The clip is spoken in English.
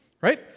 Right